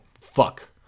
fuck